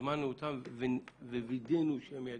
הזמנו אותם ווידאנו שהם יגיעו.